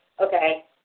okay